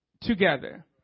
together